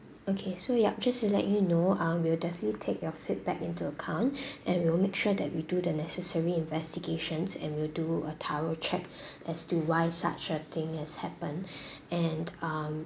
okay so yup just to let you know uh we'll definitely take your feedback into account and we will make sure that we do the necessary investigations and we'll do a thorough check as to why such a thing has happened and um